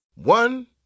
One